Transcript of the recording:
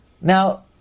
Now